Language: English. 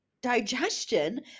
digestion